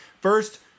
First